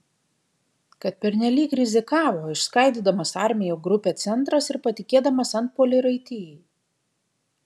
kad pernelyg rizikavo išskaidydamas armijų grupę centras ir patikėdamas antpuolį raitijai